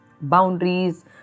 boundaries